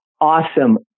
awesome